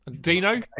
Dino